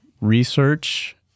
research